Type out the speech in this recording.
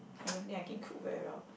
I don't think I can cook very well